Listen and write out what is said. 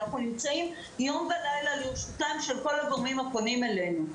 אנחנו נמצאים יום ולילה לרשותם של כל הגורמים שפונים אלינו.